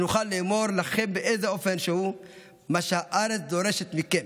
שנוכל לאמור לכם באיזה אופן שהוא מה שהארץ דורשת מכם,